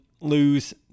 lose